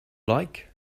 like